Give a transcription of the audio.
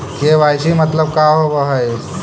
KYC मतलब का होव हइ?